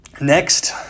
Next